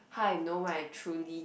how I know my truly